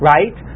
Right